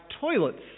toilets